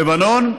לבנון,